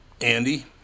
Andy